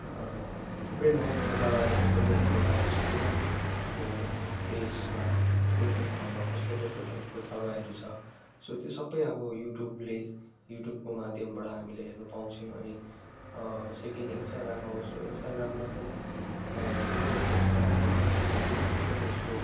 थुप्रै नयाँ नयाँ जग्गाहरू पनि हेर्नु पाउँछ होइन आफ्नो देशमा कुन कुन ठाउँमा कस्तो कस्तो टाइपको जग्गाहरू छ सो त्यो सबै अब युट्युबले युट्युबको माध्यमबाट हामीले हेर्नु पाउँछौँ अनि सेकेन्ड इन्सटाग्राम आउँछ इन्सटाग्राममा पनि थुप्रै यस्तो कुराहरू हुन्छ होइन थुप्रै यस्तो